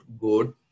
good